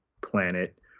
planet